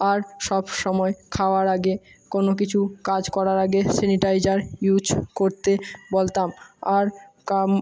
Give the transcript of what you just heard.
আর সবসময় খাওয়ার আগে কোনো কিছু কাজ করার আগে স্যানিটাইজার ইউজ করতে বলতাম আর কাম